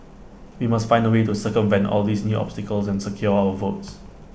we must find A way to circumvent all these new obstacles and secure our votes